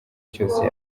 cyose